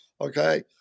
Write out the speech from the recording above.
Okay